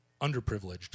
underprivileged